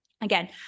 again